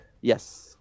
Yes